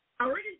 already